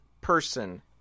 person